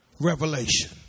revelation